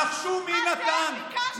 נחשו מי נתן,